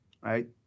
right